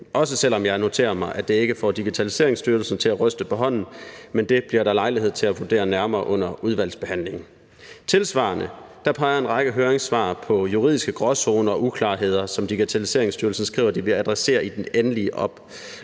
også selv om jeg noterer mig, at det ikke får Digitaliseringsstyrelsen til at ryste på hånden. Men det bliver der lejlighed til at vurdere nærmere under udvalgsbehandlingen. Tilsvarende peger en række høringssvar på juridiske gråzoner og uklarheder, som Digitaliseringsstyrelsen skriver de vil adressere i den endelige